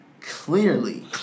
Clearly